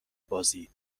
بازی